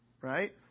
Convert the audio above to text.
right